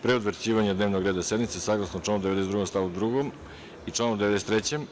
Pre utvrđivanja dnevnog reda sednice saglasno članu 92. stav 2. i članu 93.